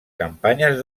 campanyes